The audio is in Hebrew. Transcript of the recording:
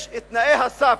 יש תנאי סף